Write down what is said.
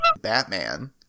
Batman